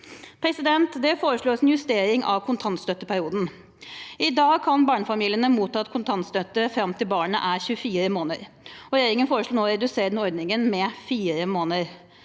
medfører. Det foreslås en justering av kontantstøtteperioden. I dag kan barnefamiliene motta kontantstøtte fram til barnet er 24 måneder. Regjeringen foreslår nå å redusere den ordningen med fire måneder.